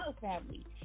family